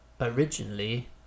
originally